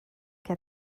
que